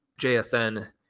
JSN